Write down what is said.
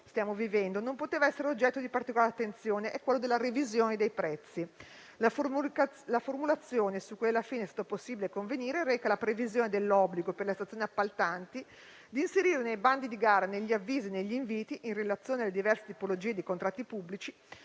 non poteva non essere oggetto di particolare attenzione è quello della revisione dei prezzi. La formulazione su cui alla fine è stato possibile convenire reca la previsione dell'obbligo, per le stazioni appaltanti, di inserire, nei bandi di gara, negli avvisi e negli inviti, in relazione alle diverse tipologie di contratti pubblici,